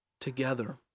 together